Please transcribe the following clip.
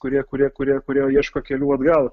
kurie kurie kurie kurie ieško kelių atgal